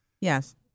yes